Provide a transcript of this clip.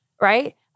right